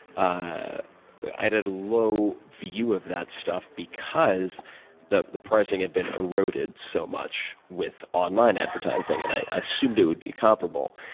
ah i had a low view of that stuff because the the pricing had been eroded so much with online advertising. and i assumed it would be comparable.